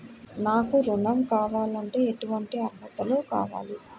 నాకు ఋణం కావాలంటే ఏటువంటి అర్హతలు కావాలి?